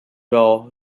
well